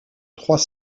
trois